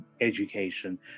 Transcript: education